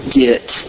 get